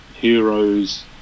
heroes